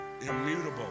immutable